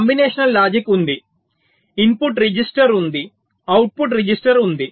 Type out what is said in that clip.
combination logic ఉంది input register ఉంది output register ఉంది